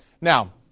Now